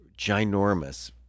ginormous